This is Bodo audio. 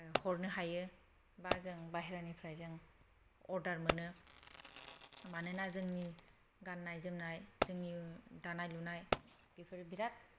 हरनो हायो बा जों बाहेरानिफ्राय जों अर्डार मोनो मानोना जोंनि गाननाय जोमनाय जोंनि दानाय लुनाय बेफोर बिराद